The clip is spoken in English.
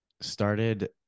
started